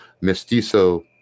mestizo